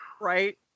Right